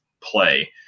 play